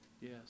Yes